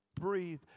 breathe